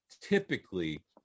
typically